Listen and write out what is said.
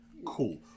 cool